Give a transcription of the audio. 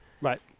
Right